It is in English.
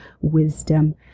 wisdom